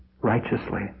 righteously